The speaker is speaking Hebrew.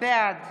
בעד